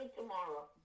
tomorrow